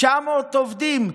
900 עובדים,